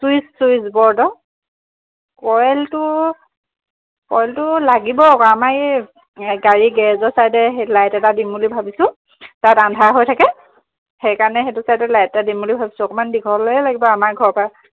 switch switch board কয়লটো কয়লটো লাগিব আকৌ আমাৰ এই গাড়ী গেৰেজৰ চাইডে সেই লাইট এটা দিম বুলি ভাবিছোঁ তাত আন্ধাৰ হৈ থাকে সেইকাৰণে সেইটো চাইডে লাইট এটা দিম বুলি ভাবছোঁ অকণমান দীঘলেই লাগিব আমাৰ ঘৰৰ পৰা